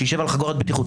שיישב על חגורת בטיחות,